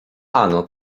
ano